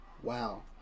Wow